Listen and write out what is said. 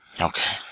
Okay